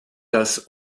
dass